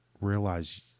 realize